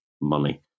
money